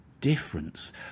difference